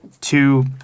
two